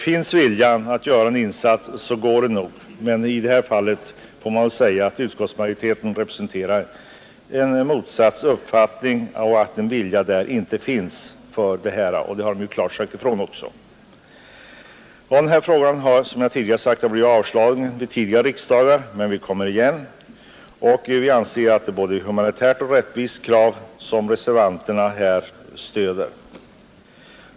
Finns viljan att göra en insats går det nog, men i det här fallet får man väl säga att utskottsmajoriteten representerar en motsatt uppfattning och att en vilja att genomföra detta där inte finns — vilket också klart sagts ifrån. Denna fråga har, som jag tidigare sagt, blivit avslagen vid tidigare riksdagar. Men vi kommer igen, och vi anser att det är både ett humanitärt krav och ett rättvisekrav som vi reservanter här stöder.